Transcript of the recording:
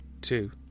Two